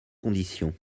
conditions